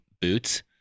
boots